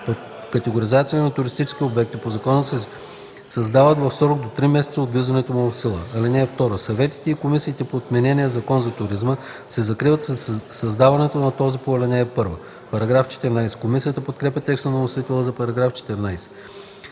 категоризация на туристически обекти по закона се създават в срок до три месеца от влизането му в сила. (2) Съветите и комисиите по отменения Закон за туризма се закриват със създаването на тези по ал. 1.” Комисията подкрепя текста на вносителя за параграфи 14